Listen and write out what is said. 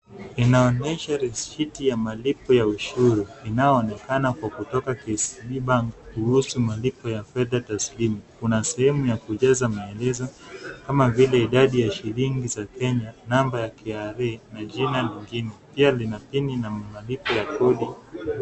Inaonyesha resiti ya malipo ya ushuru inayoonekana kwa kutoka KCB bank kuruhusu malipo ya pesa taslimu. Kuna sehemu ya kujaza maelezo kama vile idadi ya shilingi za Kenya, namba ya KRA na jina lingine. Pia lina pini na malipo ya kodi.